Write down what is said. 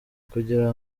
kugira